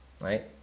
Right